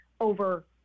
over